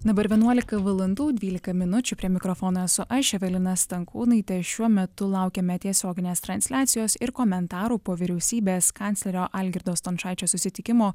dabar vienuolika valandų dvylika minučių prie mikrofono esu aš evelina stankūnaitė šiuo metu laukiame tiesioginės transliacijos ir komentarų po vyriausybės kanclerio algirdo stončaičio susitikimo